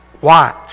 watch